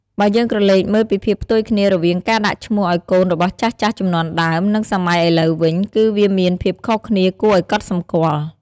បើយើងក្រឡេកមើលពីភាពផ្ទុយគ្នារវាងការដាក់ឈ្មោះឱ្យកូនរបស់ចាស់ៗជំនាន់ដើម និងសម័យឥឡូវវិញ គឺវាមានភាពខុសគ្នាគួរឱ្យកត់សម្គាល់។